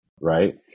Right